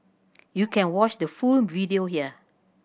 you can watch the full video here